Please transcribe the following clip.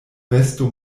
vesto